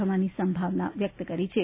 થવાની સંભાવના વ્યક્ત કરી છે